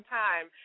time